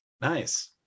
Nice